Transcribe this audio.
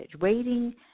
waiting